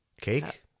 Cake